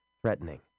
threatening